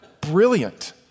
brilliant